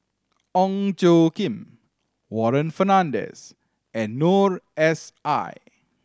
Ong Tjoe Kim Warren Fernandez and Noor S I